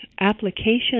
application